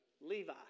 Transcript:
Levi